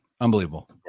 unbelievable